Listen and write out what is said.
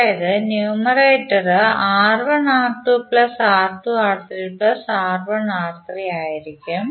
അതായത് ന്യൂമറേറ്റർ ആയിരിക്കും